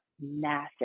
massive